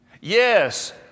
Yes